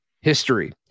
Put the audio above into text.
history